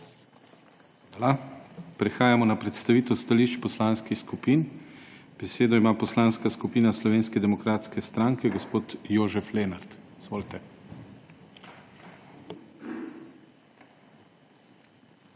Hvala. Prehajamo na predstavitev stališč poslanskih skupin. Besedo ima Poslanska skupina Slovenske demokratske stranke, gospod Jožef Lenart. Izvolite.